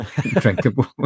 drinkable